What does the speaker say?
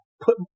put